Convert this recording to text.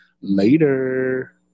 Later